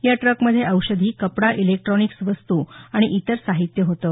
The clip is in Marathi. या ट्रकमध्ये औषधी कपडा इलेक्टॉनिक्स वस्तू आणि इतर साहित्य होतं